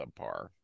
subpar